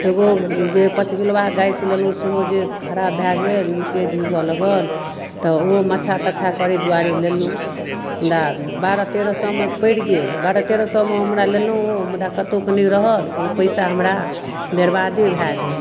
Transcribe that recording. एगो जे पचकिलुआ गैस लेलहुँ सेहो जे खराब भए गेल लीकेज हुअ लगल तऽ ओहो मछाह तछाह करै दुआरे लेलहुँ मुदा बारह तेरह सएमे पड़ि गेल बारह तेरह सएमे हमरा लेलहुँ ओ मुदा कतौके नहि रहल ओ पैसा हमरा बरबादे भए गेल